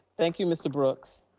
thank you, mr. brooks.